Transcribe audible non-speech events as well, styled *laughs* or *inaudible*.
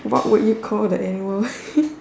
what would you call the animal *laughs*